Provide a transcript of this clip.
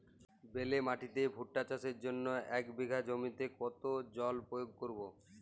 বেলে মাটিতে ভুট্টা চাষের জন্য এক বিঘা জমিতে কতো জল প্রয়োগ করব?